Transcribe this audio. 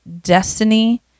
destiny